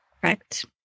Correct